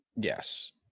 Yes